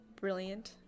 brilliant